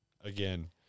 Again